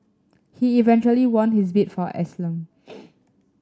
he eventually won his bid for asylum